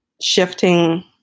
shifting